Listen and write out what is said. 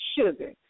sugar